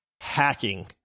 hacking